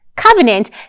covenant